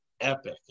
epic